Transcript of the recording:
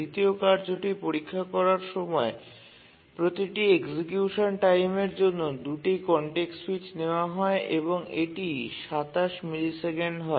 দ্বিতীয় কার্যটি পরীক্ষা করার সময় প্রতিটি এক্সিকিউসন টাইমের জন্য ২ টি কনটেক্সট সুইচ নেওয়া হয় এবং এটি ২৭ মিলিসেকেন্ড হয়